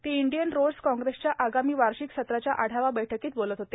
ते Indian roads कांग्रेसच्या आगामी वार्षिक सत्राच्या आढावा बैठकीत बोलत होते